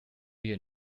you